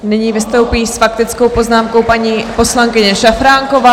Nyní vystoupí s faktickou poznámkou paní poslankyně Šafránková.